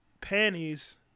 panties